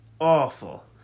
awful